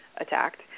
attacked